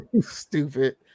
stupid